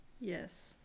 Yes